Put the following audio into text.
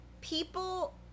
people